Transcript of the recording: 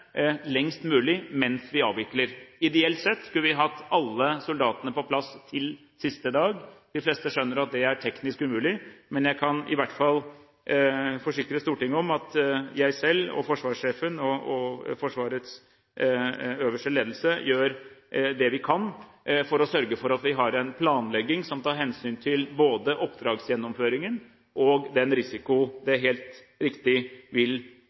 lengst mulig mens vi avvikler. Ideelt sett skulle vi hatt alle soldatene på plass til siste dag. De fleste skjønner at det er teknisk umulig. Men jeg kan i hvert fall forsikre Stortinget om at jeg selv, forsvarssjefen og Forsvarets øverste ledelse gjør det vi kan for å sørge for at vi har en planlegging som tar hensyn til både oppdragsgjennomføringen og den risiko det helt riktig vil